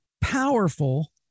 powerful